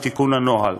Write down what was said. לתיקון הנוהל